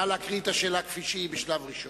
נא להקריא את השאלה כפי שהיא בשלב ראשון.